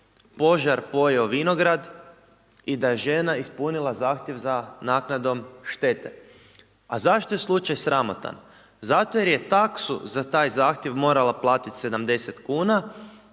požar pojeo vinograd i da je žena ispunila zahtjev za naknadom štete. A zašto je slučaj sramotan? Zato jer je taksu za taj zahtjev morala platiti 70 kn